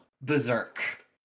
berserk